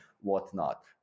whatnot